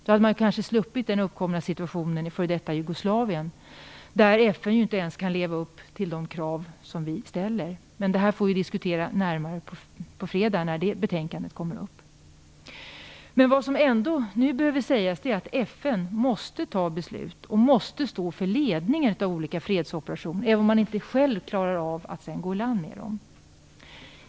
Då hade man kanske sluppit den situation som uppkommit i f.d. Jugoslavien, där ju FN inte kan leva upp till de krav vi ställer. Men det får vi diskutera närmare på fredag, när det betänkandet kommer upp. Vad som nu ändå behöver sägas, är att FN måste fatta beslut om, och stå för ledningen av, olika fredsoperationer, även om man sedan inte själv klarar av att gå i land med dem.